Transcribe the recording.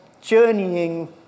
journeying